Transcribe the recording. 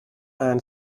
and